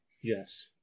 Yes